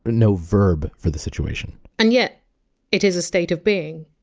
but no verb, for the situation. and yet it is a state of being.